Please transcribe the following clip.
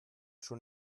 schon